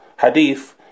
hadith